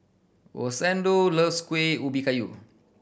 Rosendo loves Kuih Ubi Kayu